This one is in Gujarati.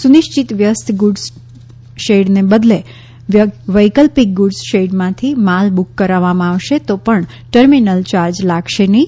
સુનિશ્ચિત વ્યસ્ત ગુડ્ઝ શેડને બદલે વૈકલ્પિક ગુડ્ઝ શેડમાંથી માલ બુક કરાવવામાં આવશે તો પણ ટર્મિનલ યાર્જ લાગશે નહીં